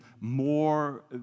more